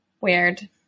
Weird